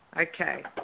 Okay